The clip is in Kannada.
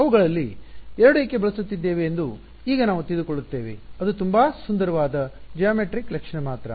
ಅವುಗಳಲ್ಲಿ ಎರಡು ಏಕೆ ಬಳಸುತ್ತಿದ್ದೇವೆ ಎಂದು ಈಗ ನಾವು ತಿಳಿದುಕೊಳ್ಳುತ್ತೇವೆ ಅದು ತುಂಬಾ ಸುಂದರವಾದ ಜ್ಯಾಮಿತೀಯ ಆಸ್ತಿ ಜಯಾಮೆಟ್ರಿಕ್ ಲಕ್ಷಣ ಮಾತ್ರ